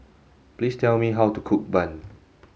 please tell me how to cook bun